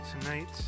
tonight